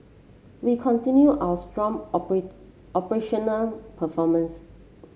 we continue our strong operational performance